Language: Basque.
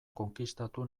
konkistatu